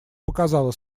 показала